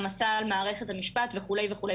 העמסה על מערכת המשפט וכולי.